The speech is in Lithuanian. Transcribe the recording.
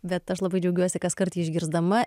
bet aš labai džiaugiuosi kaskart jį išgirsdama